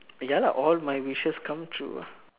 ya all my wishes come true lah